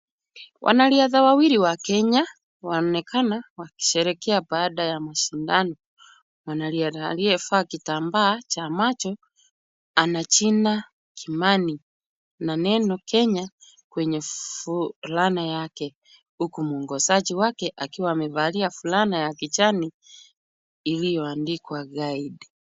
Wanariadha wawili wa Kenya waonekana wakisherekea baada ya mashindano. Mwanariadha aliyevaa kitambaa cha macho ana jina Kimani. Na neno Kenya kwenye fulana yake. Huku muongozaji wake akiwa amevalia fulana ya kijani ilioandikwa guide